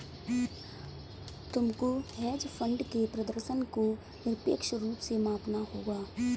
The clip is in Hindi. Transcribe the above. तुमको हेज फंड के प्रदर्शन को निरपेक्ष रूप से मापना होगा